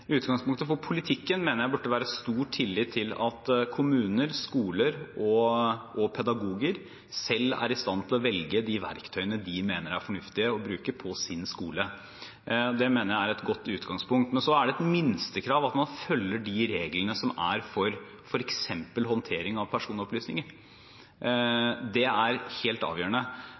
utgangspunktet for politikken. Utgangspunktet for politikken mener jeg burde være stor tillit til at kommuner, skoler og pedagoger selv er i stand til å velge de verktøyene de mener er fornuftige å bruke på sin skole. Det mener jeg er et godt utgangspunkt. Så er det et minstekrav at man følger de reglene som er for f.eks. håndtering av personopplysninger.